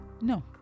no